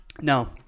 No